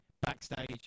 backstage